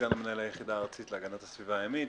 סגן מנהל היחידה הארצית להגנת הסביבה הימית.